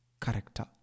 character